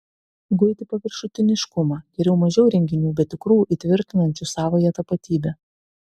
guiti paviršutiniškumą geriau mažiau renginių bet tikrų įtvirtinančių savąją tapatybę